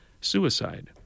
suicide